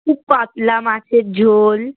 খুব পাতলা মাছের ঝোল